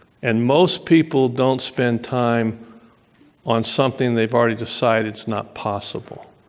and most people don't spend time on something they've already decided it's not possible.